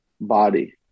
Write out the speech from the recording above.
body